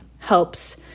helps